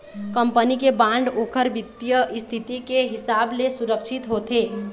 company के bond ओखर बित्तीय इस्थिति के हिसाब ले सुरक्छित होथे